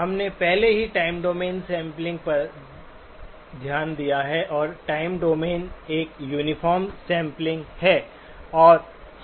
हमने पहले ही टाइम डोमेन सैंपलिंग पर ध्यान दिया है और टाइम डोमेन एक यूनिफार्म सैंपलिंग है